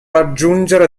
raggiungere